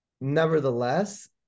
Nevertheless